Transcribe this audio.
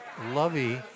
Lovey